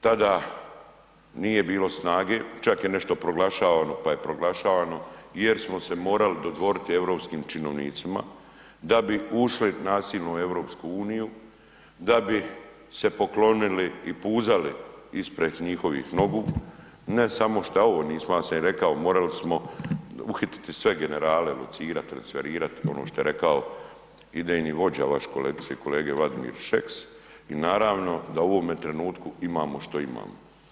Tada nije bilo snage, čak je nešto proglašavano, pa je proglašavano jer smo se morali dodvoriti europskim činovnicima da bi ušli nasilno u EU, da bi se poklonili i puzali ispred njihov nogu, ne samo što ovo nismo, al sam im rekao morali smo uhititi sve generale, locirat, transferirat, ono što je rekao idejni vođa vaš kolegice i kolege Vladimir Šeks i naravno da u ovome trenutku imamo što imamo.